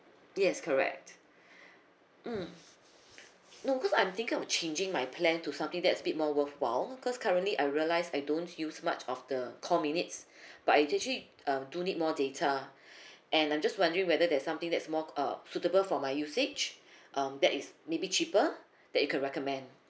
yes correct mm no cause I'm thinking of changing my plan to something that's a bit more worthwhile because currently I realise I don't use much of the call minutes but I actually uh do need more data and I'm just wondering whether that's something that's more uh suitable for my usage um that is maybe cheaper that you could recommend